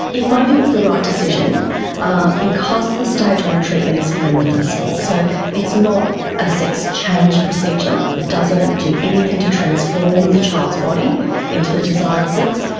in my view it's the right decision ah because the stage one treatment is fully reversible, so it's not a sex change procedure, it doesn't do anything to transform the child's body into the desired sex,